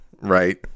right